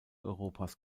europas